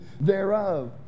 thereof